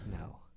No